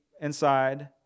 inside